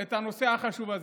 את הנושא החשוב הזה.